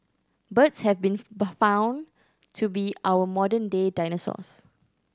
birds have been found to be our modern day dinosaurs